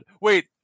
wait